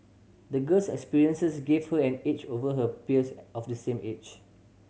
the girl's experiences gave her an edge over her peers of the same age